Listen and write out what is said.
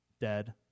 dead